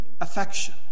affection